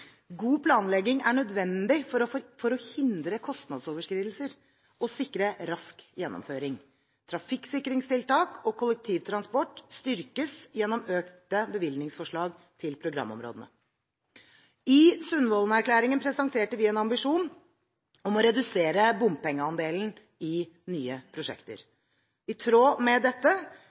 God planlegging er nødvendig for å hindre kostnadsoverskridelser og sikre rask gjennomføring. Trafikksikringstiltak og kollektivtransport styrkes gjennom økte bevilgningsforslag til programområdene. I Sundvolden-erklæringen presenterte vi en ambisjon om å redusere bompengeandelen i nye prosjekter. I tråd med dette